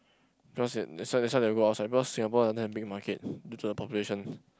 because it that's why that's why they go outside because Singapore doesn't have big market due to the population